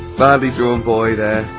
badly drawn boy there,